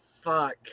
fuck